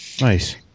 Nice